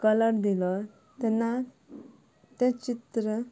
colour दिलो तेन्ना तें चित्र